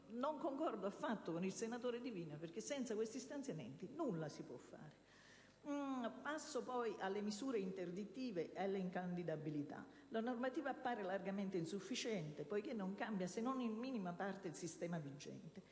non concordo affatto con il senatore Divina perché, senza questi stanziamenti, nulla si può fare. Passo poi alle misure interdittive e alle incandidabilità. La normativa appare largamente insufficiente perché non cambia, se non in minima parte, il sistema vigente.